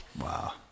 wow